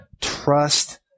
Trust